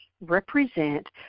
represent